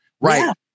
right